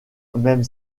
même